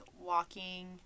walking